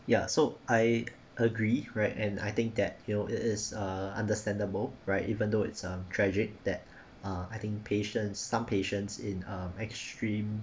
ya so I agree right and I think that you know it is err understandable right even though it's um tragic that ah I think patients some patients in um extreme